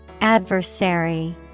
Adversary